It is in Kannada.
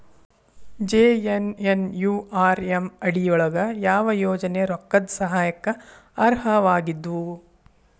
ಜೆ.ಎನ್.ಎನ್.ಯು.ಆರ್.ಎಂ ಅಡಿ ಯೊಳಗ ಯಾವ ಯೋಜನೆ ರೊಕ್ಕದ್ ಸಹಾಯಕ್ಕ ಅರ್ಹವಾಗಿದ್ವು?